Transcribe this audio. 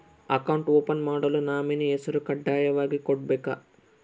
Account open ಮಾಡಲು nominee ಹೆಸರು ಕಡ್ಡಾಯವಾಗಿ ಕೊಡಬೇಕಾ?